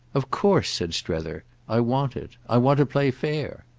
of course, said strether, i want it. i want to play fair.